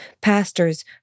Pastors